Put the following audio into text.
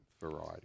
variety